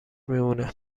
میمونه